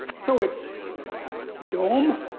so it's a dome,